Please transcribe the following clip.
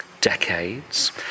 decades